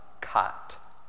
cut